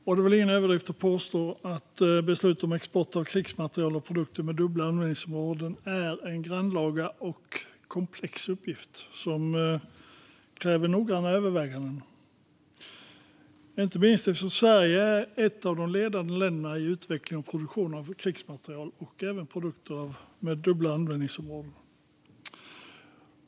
Det är väl ingen överdrift att påstå att beslut om export av krigsmateriel och produkter med dubbla användningsområden är en grannlaga och komplex uppgift som kräver noggranna överväganden, detta inte minst eftersom Sverige är ett av de ledande länderna i utveckling och produktion av krigsmateriel och produkter med dubbla användningsområden.